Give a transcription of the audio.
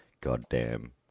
goddamn